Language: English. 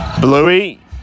Bluey